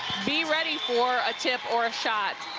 be ready for a tip or a shot.